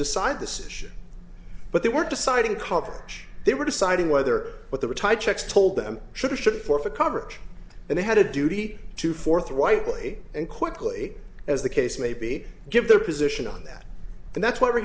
decide this issue but they were deciding coverage they were deciding whether what they were tight checks told them should or should forfeit coverage and they had a duty to forthrightly and quickly as the case maybe give their position on that and that's why we're